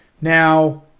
Now